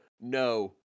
no